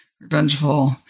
revengeful